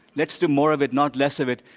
let's do more of it, not less of it.